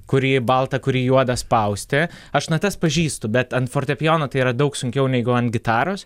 kurį baltą kurį juodą spausti aš natas pažįstu bet ant fortepijono tai yra daug sunkiau negu ant gitaros